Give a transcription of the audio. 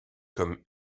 comme